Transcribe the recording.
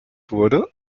wurde